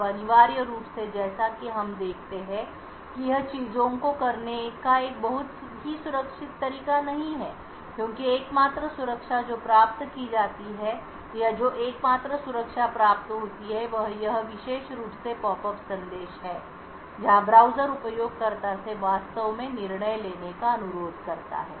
अब अनिवार्य रूप से जैसा कि हम देखते हैं कि यह चीजों को करने का एक बहुत ही सुरक्षित तरीका नहीं है क्योंकि एकमात्र सुरक्षा जो प्राप्त की जाती है या जो एकमात्र सुरक्षा प्राप्त होती है वह यह विशेष रूप से पॉपअप संदेश है जहां ब्राउज़र उपयोगकर्ता से वास्तव में निर्णय लेने का अनुरोध करता है